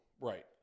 Right